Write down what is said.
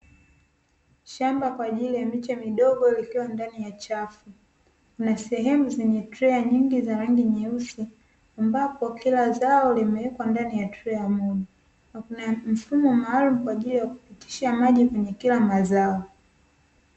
Shamba kwa ajili ya miche midogo likiwa ndani ya chafu na sehemu zenye trea nyingi za rangi nyeusi ambapo kila zao limewekwa ndani ya trea moja, na kunafumo maalumu kwaajili ya kupitishia maji kwenye kila mazao.